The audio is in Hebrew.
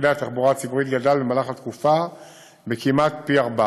במפעילי התחבורה הציבורית גדל במהלך התקופה כמעט פי ארבעה.